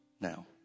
now